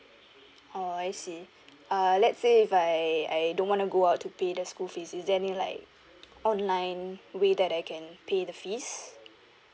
oh I see uh let's say if I I don't wanna go out to pay the school fees is there any like online way that I can pay the fees